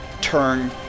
turn